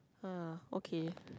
ha okay